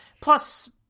Plus